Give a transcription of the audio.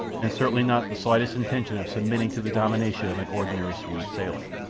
and certainly not the slightest intention of submitting to the domination of an ordinary swede sailor.